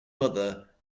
mother